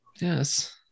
Yes